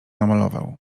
namalował